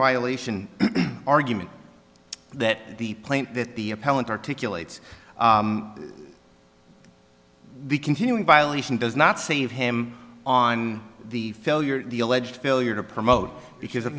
violation argument that the plane that the appellant articulate the continuing violation does not save him on the failure of the alleged failure to promote because of